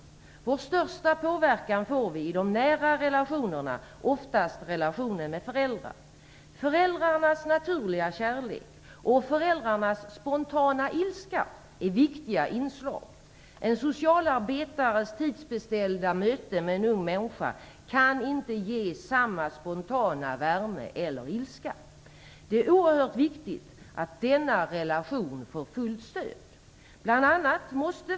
Vår största påverkan får vi i de nära relationerna, oftast relationer med föräldrar. Föräldrarnas naturliga kärlek och spontana ilska är viktiga inslag. En socialarbetares tidsbeställda möte med en ung människa kan inte ge samma spontana värme eller ilska. Det är oerhört viktigt att denna relation får fullt stöd.